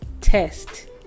test